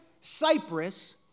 Cyprus